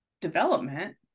development